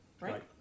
Right